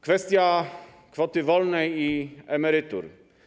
Kwestia kwoty wolnej i emerytur.